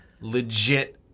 legit